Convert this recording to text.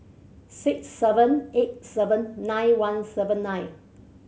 six seven eight seven nine one seven nine